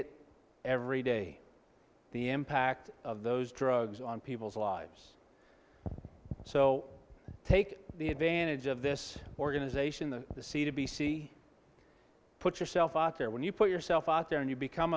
it every day the impact of those drugs on people's lives so take the advantage of this organization the c b c put yourself out there when you put yourself out there and you become